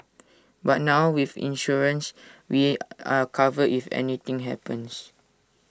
but now with insurance we are covered if anything happens